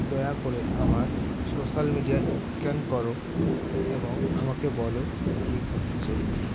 দয়া করে আমার সোশ্যাল মিডিয়া স্ক্যান করো এবং আমাকে বলো কি ঘটছে